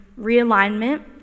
realignment